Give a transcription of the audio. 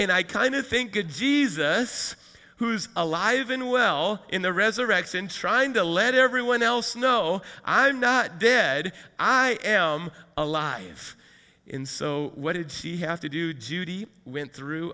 and i kind of think that jesus who's alive and well in the resurrection trying to let everyone else know i'm not dead i am alive in so what did she have to do duty when through